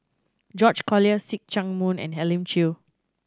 George Collyer See Chak Mun and Elim Chew